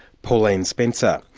pauline spencer,